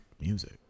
music